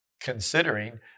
considering